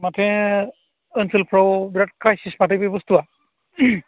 माथो ओनसोलफ्राव बिराद क्राइसिस माथो बे बुस्थुआ